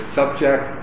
subject